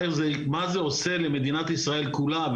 מה זה עושה למדינת ישראל כולה,